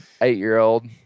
eight-year-old